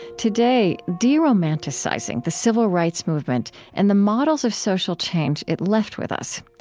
today deromanticizing the civil rights movement and the models of social change it left with us.